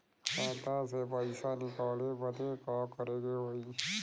खाता से पैसा निकाले बदे का करे के होई?